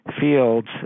fields